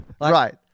Right